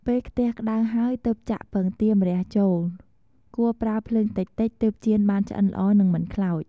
ពេលខ្ទះក្ដៅហើយ ទើបចាក់ពងទាម្រះចូល គួរប្រើភ្លើងតិចៗទើបចៀនបានឆ្អិនល្អនិងមិនខ្លោច។